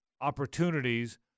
opportunities